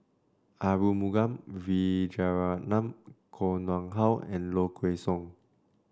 Arumugam Vijiaratnam Koh Nguang How and Low Kway Song